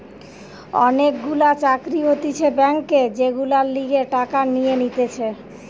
অনেক গুলা চাকরি হতিছে ব্যাংকে যেগুলার লিগে টাকা নিয়ে নিতেছে